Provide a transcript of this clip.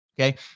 Okay